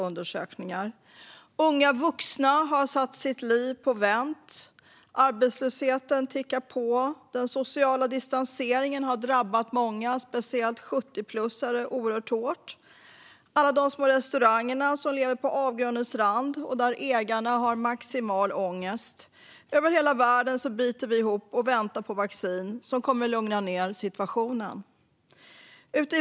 Unga vuxna har satt sitt liv på vänt, arbetslösheten tickar på och den sociala distanseringen har drabbat många hårt, speciellt 70-plussare. Alla små restauranger lever på avgrundens rand, och ägarna har maximal ångest. Över hela världen biter människor ihop och väntar på vaccin som kommer att lugna ned situationen.